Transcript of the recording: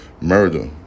murder